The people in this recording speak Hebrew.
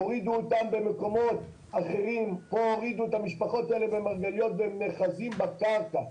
הורידו אותם במקומות אחרים או שהורידו אותם במרגליות והם נאחזים בקרקע.